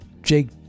jake